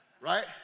Right